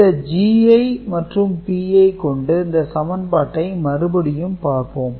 இந்த Gi மற்றும் Pi கொண்டு இந்த சமன்பாட்டை மறுபடியும் பார்போம்